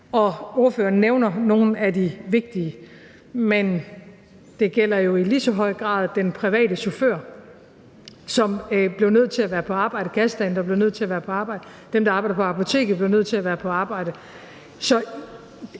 og ordføreren nævner nogle af de vigtige. Men det gælder jo i lige så høj grad den private chauffør, som blev nødt til at være på arbejde, kassedamen, der blev nødt til at være på arbejde, og dem, der arbejder på apoteket, blev nødt til at være på arbejde.